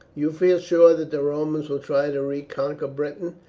you feel sure that the romans will try to reconquer britain?